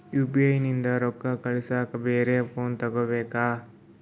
UPI ನಿಂದ ರೊಕ್ಕ ಕಳಸ್ಲಕ ಬ್ಯಾರೆ ಫೋನ ತೋಗೊಬೇಕ?